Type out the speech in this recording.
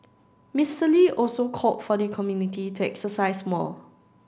Mister Lee also called for the community to exercise more